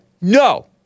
No